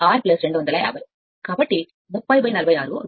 కాబట్టి ఇది 46 30 అవుతుంది